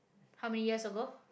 how many years ago